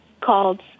called